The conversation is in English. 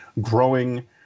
growing